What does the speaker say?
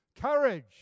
Courage